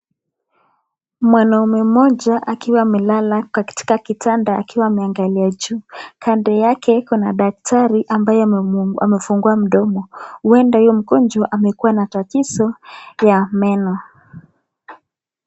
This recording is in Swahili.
Mwanaume mmoja akiwa amelala katika kitanda akiwa ameangalia juu. Kando yake kuna daktari ambaye amemfungua mdomo. Uenda huyo mgonjwa amekuwa na tatizo ya meno.